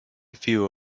few